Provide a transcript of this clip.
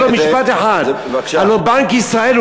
משפט אחרון,